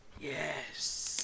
Yes